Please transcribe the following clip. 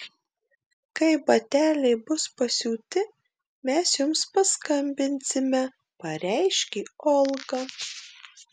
kai bateliai bus pasiūti mes jums paskambinsime pareiškė olga